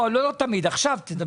לא תמיד, עכשיו תדבר קצר.